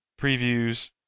previews